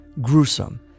gruesome